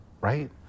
right